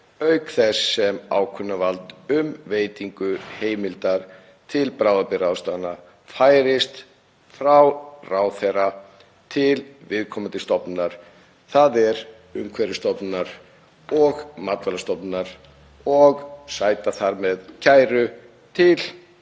auk þess sem ákvörðunarvald um veitingu heimildar til bráðabirgðaráðstafana færist frá ráðherra til viðkomandi stofnunar, þ.e. Umhverfisstofnunar og Matvælastofnunar, og sætir þar með kæru til